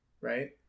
right